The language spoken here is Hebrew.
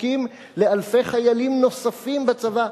זקוקים לאלפי חיילים נוספים בצבא.